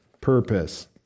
purpose